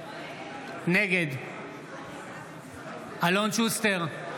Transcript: נגד אלון שוסטר,